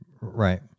Right